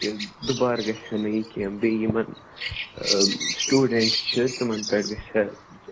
کہِ دُبارٕ گژھِ ہے نہٕ یہِ کیٚنٛہہ بیٚیہِ یِمن سِٹوڈنٛٹ چھِ تِمن پٮ۪ٹھ گژھِ ہے